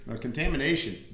contamination